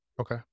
Okay